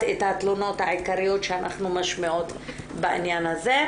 את התלונות העיקריות שאנחנו משמיעות בעניין הזה.